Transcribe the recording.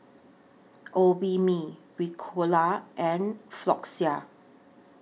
Obimin Ricola and Floxia